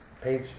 Page